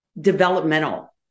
developmental